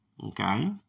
Okay